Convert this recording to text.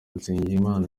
nsengimana